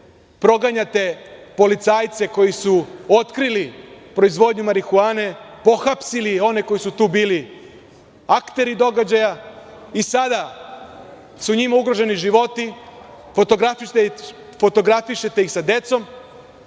proganjate policajce koji su otkrili proizvodnju marihuane, pohapsili one koji su tu bili akteri događaja i sada su njima ugroženi životi, fotografišete ih sa decom,